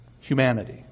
Humanity